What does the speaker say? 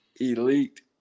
elite